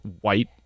white